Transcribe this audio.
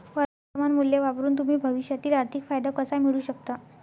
वर्तमान मूल्य वापरून तुम्ही भविष्यातील आर्थिक फायदा कसा मिळवू शकता?